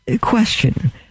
question